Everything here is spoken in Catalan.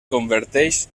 converteix